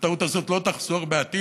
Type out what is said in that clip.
שהטעות הזאת לא תחזור בעתיד.